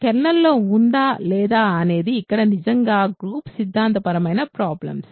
కెర్నల్లో ఉందా లేదా అనేది ఇక్కడ నిజంగా గ్రూప్ సిద్ధాంతపరమైన ప్రాబ్లమ్స్